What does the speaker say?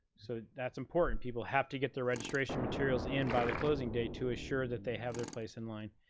so that's important, people have to get the registration materials in by the closing day to ensure that they have their place in line.